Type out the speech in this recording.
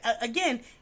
again